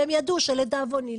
לדאבוני,